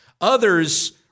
Others